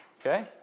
Okay